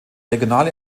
regionale